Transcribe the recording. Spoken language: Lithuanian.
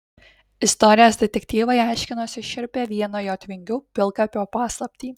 istorijos detektyvai aiškinosi šiurpią vieno jotvingių pilkapio paslaptį